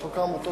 על חוק העמותות